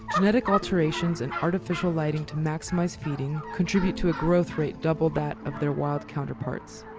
genetic alterations and artificial lighting to maximise feeding, contribute to a growth rate double that of their wild counterparts.